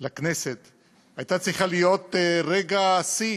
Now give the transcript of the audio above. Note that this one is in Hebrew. הייתה צריכה להיות רגע שיא